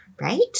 right